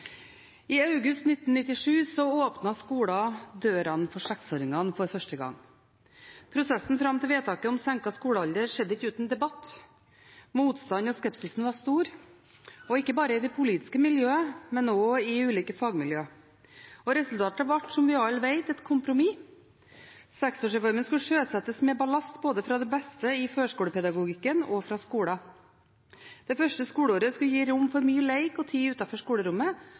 I august 1997 åpnet skolen dørene for seksåringene for første gang. Prosessen fram til vedtaket om senket skolealder skjedde ikke uten debatt. Motstanden og skepsisen var stor, ikke bare i det politiske miljøet, men også i ulike fagmiljø. Resultatet ble, som vi alle vet, et kompromiss. Seksårsreformen skulle sjøsettes med ballast både fra det beste i førskolepedagogikken og fra skolen. Det første skoleåret skulle gi rom for mye lek og tid utenfor skolerommet,